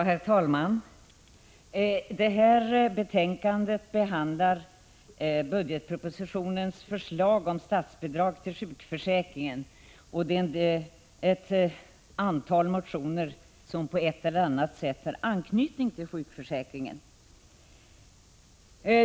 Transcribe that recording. Herr talman! Det aktuella betänkandet behandlar budgetpropositionens förslag om statsbidrag till sjukförsäkringen och ett antal motioner som på ett eller annat sätt har anknytning till sjukförsäkringen.